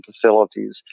facilities